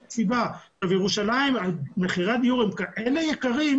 בירושלים מחירי הדיור הם כאלה יקרים,